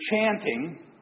chanting